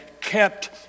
kept